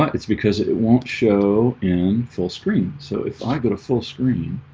it's because it it won't show in fullscreen, so if i go to fullscreen